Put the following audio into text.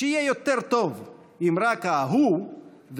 בישראל שלנו נרצחות נשים.